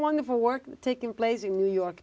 wonderful work taking place in new york